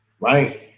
right